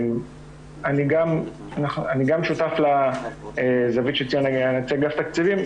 אני גם שותף לזווית שציין אגף את תקציבים,